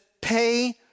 pay